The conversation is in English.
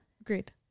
Agreed